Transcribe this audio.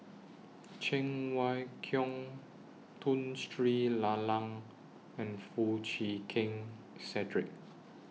Cheng Wai Keung Tun Sri Lanang and Foo Chee Keng Cedric